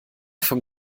vom